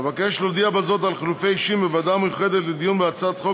אבקש להודיע בזה על חילופי אישים בוועדה המיוחדת לדיון בהצעת החוק